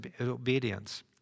obedience